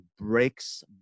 breaks